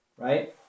Right